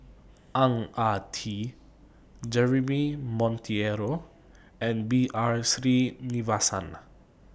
Ang Ah Tee Jeremy Monteiro and B R Sreenivasan